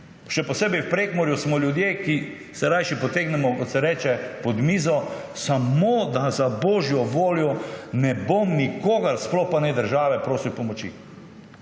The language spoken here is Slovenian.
še posebej v Prekmurju smo ljudje, ki se rajši potegnemo, kot se reče, pod mizo, samo da za božjo voljo ne bom nikogar, sploh pa ne države prosil pomoči.